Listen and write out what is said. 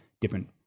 different